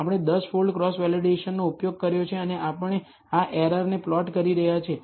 આપણે 10 fold cross વેલિડેશનનો ઉપયોગ કર્યો છે અને આપણે આ એરરને પ્લોટ કરી રહ્યા છીએ